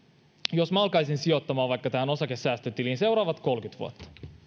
jos vaikka alkaisin sijoittamaan tähän osakesäästötiliin seuraavat kolmekymmentä vuotta